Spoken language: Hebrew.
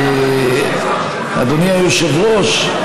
אדוני היושב-ראש,